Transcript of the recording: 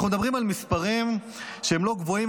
אנחנו מדברים על מספרים שהם לא גבוהים,